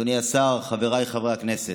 אדוני השר, חבריי חברי הכנסת,